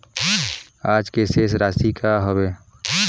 आज के शेष राशि का हवे?